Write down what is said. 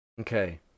Okay